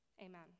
Amen